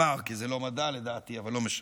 נאמר, כי זה לא מדע, לדעתי, אבל לא משנה.